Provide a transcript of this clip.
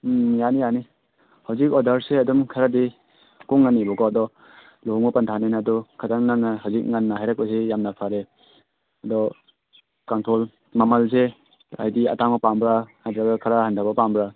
ꯎꯝ ꯌꯥꯅꯤ ꯌꯥꯅꯤ ꯍꯧꯖꯤꯛ ꯑꯣꯗꯔꯁꯦ ꯑꯗꯨꯝ ꯈꯔꯗꯤ ꯀꯨꯡꯉꯅꯤꯕꯀꯣ ꯑꯗꯣ ꯂꯨꯍꯣꯡꯕ ꯄꯥꯟꯊꯥꯅꯤꯅ ꯑꯗꯣ ꯈꯤꯇꯪ ꯅꯪꯅꯥ ꯍꯧꯖꯤꯛ ꯉꯟꯅ ꯍꯥꯏꯔꯛꯄꯁꯤ ꯌꯥꯝꯅ ꯐꯔꯦ ꯑꯗꯣ ꯀꯥꯡꯊꯣꯜ ꯃꯃꯜꯁꯦ ꯍꯥꯏꯕꯗꯤ ꯑꯇꯥꯡꯕ ꯄꯥꯝꯕ꯭ꯔꯥ ꯅꯠꯇ꯭ꯔꯒ ꯈꯔ ꯍꯟꯊꯥꯕ ꯄꯥꯝꯕ꯭ꯔꯥ